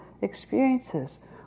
experiences